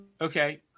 Okay